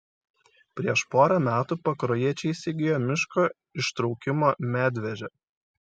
prieš pora metų pakruojiečiai įsigijo miško ištraukimo medvežę